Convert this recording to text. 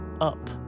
up